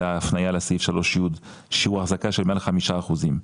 זאת הפניה לסעיף 3י שהוא אחזקה של חמישה אחוזים.